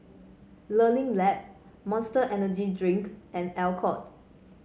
Learning Lab Monster Energy Drink and Alcott